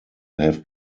have